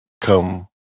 come